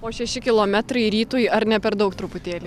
o šeši kilometrai rytui ar ne per daug truputėlį